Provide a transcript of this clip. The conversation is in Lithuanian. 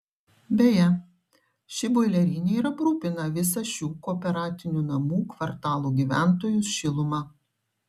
beje ši boilerinė ir aprūpina visą šių kooperatinių namų kvartalų gyventojus šiluma